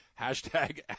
Hashtag